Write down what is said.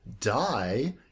die